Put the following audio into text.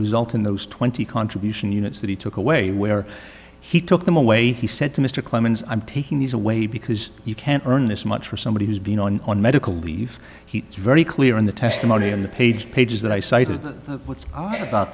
result in those twenty contribution units that he took away where he took them away he said to mr clemens i'm taking these away because you can't earn this much for somebody who's been on on medical leave he was very clear in the testimony and the page pages that i